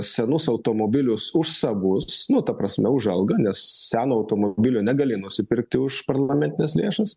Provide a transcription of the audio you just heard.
senus automobilius už savus nu ta prasme už algą nes seno automobilio negali nusipirkti už parlamentines lėšas